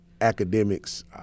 Academics